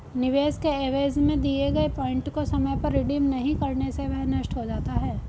निवेश के एवज में दिए गए पॉइंट को समय पर रिडीम नहीं करने से वह नष्ट हो जाता है